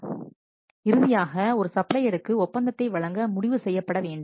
எனவே இறுதியாக ஒரு சப்ளையருக்கு ஒப்பந்தத்தை வழங்க முடிவு செய்யப்பட வேண்டும்